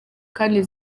kandi